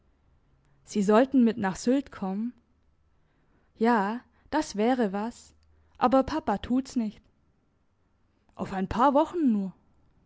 sie sollten mit nach sylt kommen ja das wäre was aber papa tut's nicht auf ein paar wochen nur